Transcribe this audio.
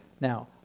Now